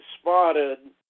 spotted